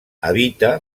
habita